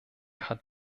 hat